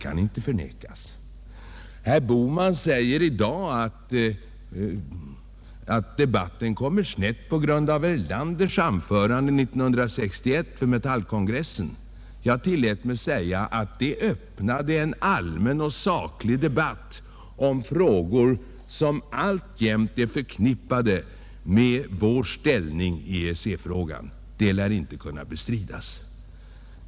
Herr Bohman säger i dag att debatten kom snett på grund av herr Erlanders anförande 1961 vid Metallkongressen. Jag tillät mig säga att det anförandet öppnade en allmän och saklig debatt om frågor som alltjämt är förknippade med vär ställning i EEC-frågan. Det lär inte kunna bestridas.